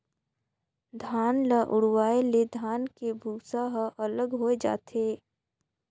धान ल उड़वाए ले धान के भूसा ह अलग होए जाथे